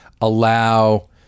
allow